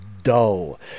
dull